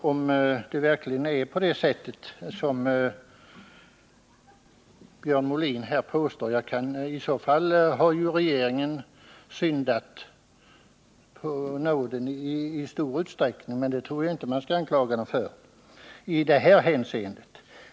Om det verkligen är på det sättet som Björn Molin här påstår, så har ju regeringen syndat på nåden i stor utsträckning. Men det tror jag inte man kan anklaga den för i detta hänseende.